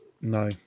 No